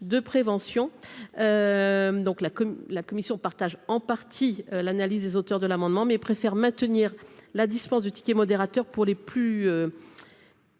là que la commission partage en partie l'analyse des auteurs de l'amendement, mais préfère maintenir la dispense du ticket modérateur pour les plus.